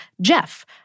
Jeff